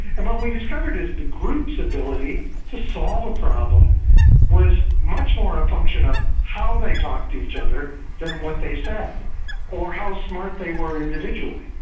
and what we discovered is the group's ability to solve a problem was much more a function of how they talk to each other than what they said or how smart they were individually.